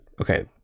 Okay